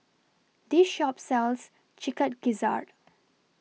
This Shop sells Chicken Gizzard